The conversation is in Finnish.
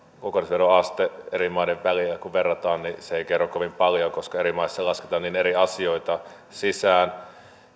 kun kokonaisveroastetta eri maiden välillä verrataan se ei kerro kovin paljoa koska eri maissa lasketaan niin eri asioita sisään